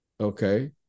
okay